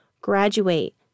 graduate